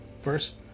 first